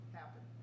happen